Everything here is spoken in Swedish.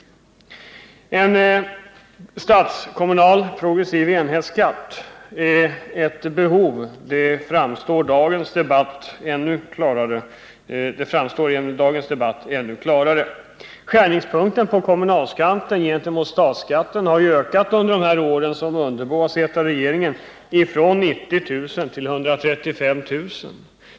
Att en statskommunal progressiv enhetsskatt är ett behov framstår ännu klarare efter dagens debatt. Skärningspunkten mellan kommunalskatten och statsskatten har under de år som Ingemar Mundebo suttit i regeringen flyttats från 90 000 till 135 000 kr.